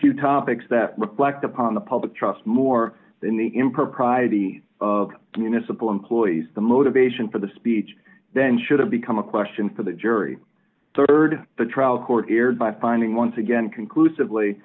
two topics that reflect upon the public trust more than the impropriety of municipal employees the motivation for the speech then should have become a question for the jury rd the trial court erred by finding once again conclusively